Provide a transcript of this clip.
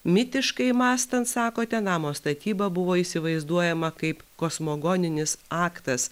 mitiškai mąstant sakote namo statyba buvo įsivaizduojama kaip kosmogoninis aktas